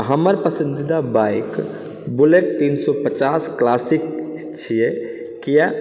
हमर पसन्दीदा bike Bullet तीन सए पचास क्लासिक छियै किया